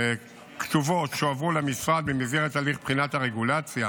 הכתובות שהועברו למשרד במסגרת תהליך בחינת הרגולציה